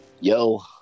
Yo